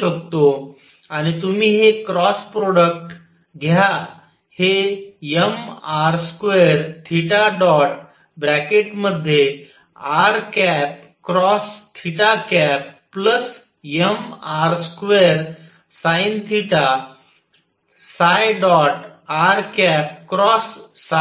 शकतो आणि तुम्ही हे क्रॉस प्रॉडक्ट घ्या हे mr2rmr2sinθrअसे येत आहे